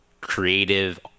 creative